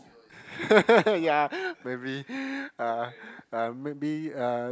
ya maybe uh uh maybe uh